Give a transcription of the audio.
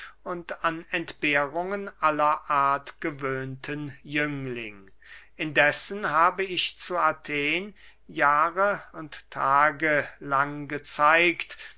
und an entbehrungen aller art gewöhnten jüngling indessen habe ich zu athen jahre und tage lang gezeigt